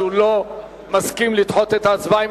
שהוא לא מסכים לדחות את ההצבעה.